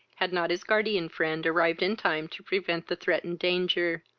had not his guardian-friend arrived in time to prevent the threatened danger,